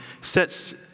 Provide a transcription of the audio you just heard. sets